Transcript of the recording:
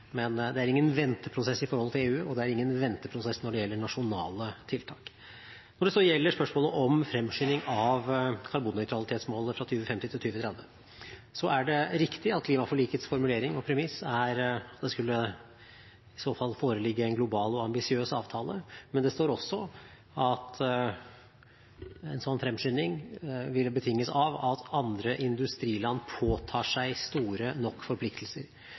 Men det er ingen venteprosess i forholdet til EU, og det er ingen venteprosess når det gjelder nasjonale tiltak. Når det gjelder spørsmålet om fremskynding av karbonnøytralitetsmålet, fra 2050 til 2030, er det riktig at klimaforlikets formulering og premiss er at det i så fall skulle foreligge en global og ambisiøs avtale, men det står også at en slik fremskynding betinges av at andre industriland påtar seg store nok forpliktelser.